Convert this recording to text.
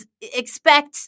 expect